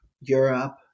Europe